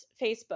Facebook